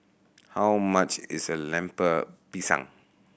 how much is Lemper Pisang